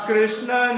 Krishna